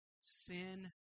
sin